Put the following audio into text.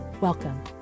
Welcome